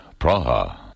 Praha